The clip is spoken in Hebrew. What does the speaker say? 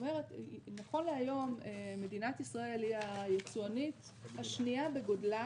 נכון להיום מדינת ישראל היא היצואנית השנייה בגודלה